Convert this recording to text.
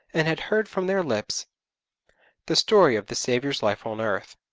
and had heard from their lips the story of the saviour's life on earth.